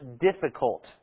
difficult